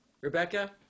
Rebecca